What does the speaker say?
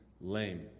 lame